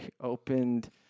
opened